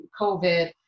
COVID